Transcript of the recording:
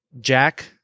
Jack